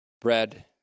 bread